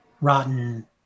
rotten